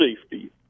safety